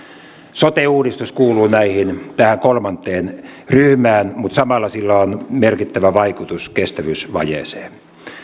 sote uudistus kuuluu tähän kolmanteen ryhmään mutta samalla sillä on merkittävä vaikutus kestävyysvajeeseen